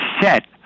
set